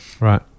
right